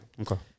Okay